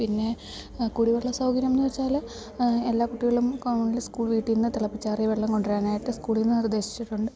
പിന്നെ കുടിവെള്ള സൗകര്യം എന്നു വെച്ചാൽ എല്ലാ കുട്ടികളും കോമൺലി സ്കൂൾ വീട്ടിൽ നിന്ന് തിളപ്പിച്ചാറിയ വെള്ളം കൊണ്ടുവരാനായിട്ട് സ്കൂളിൽ നിന്ന് നിർദ്ദേശിച്ചിട്ടുണ്ട്